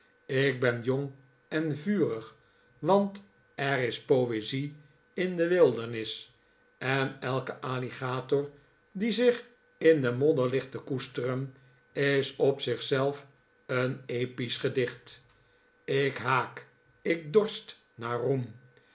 ik ben jong en vurig want er is poezie in de wildernis en elke alligator die zich in de modder ligt te koesteren is op zich zelf een episch gedicht ik haak ik dorst naar roem